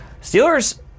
steelers